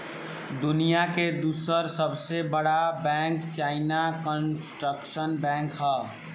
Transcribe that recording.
दुनिया के दूसर सबसे बड़का बैंक चाइना कंस्ट्रक्शन बैंक ह